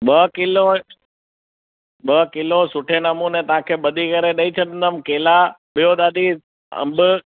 ॿ किलो ॿ किलो सुठे नमूने तव्हांखे ॿधी करे ॾई छॾंदुमि केला ॿियो दादी अंब